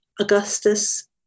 Augustus